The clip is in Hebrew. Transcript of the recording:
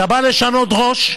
אתה בא לשנות ראש,